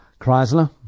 Chrysler